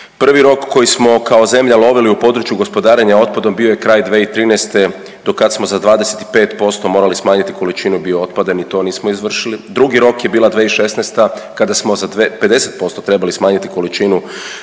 Prvi rok koji smo kao zemlja lovili u području gospodarenja otpadom bio je kraj 2013. do kad smo za 25% morali smanjiti količinu bio otpada, ni to nismo izvršili. Drugi rok je bila 2016. kada smo za 50% trebali smanjiti količinu